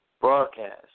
broadcast